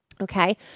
Okay